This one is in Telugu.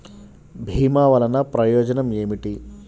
భీమ వల్లన ప్రయోజనం ఏమిటి?